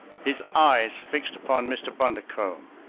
his eyes fixed upon mr. bundercombe.